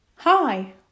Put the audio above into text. Hi